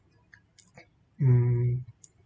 um